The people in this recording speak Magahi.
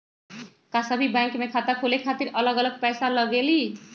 का सभी बैंक में खाता खोले खातीर अलग अलग पैसा लगेलि?